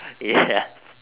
yeah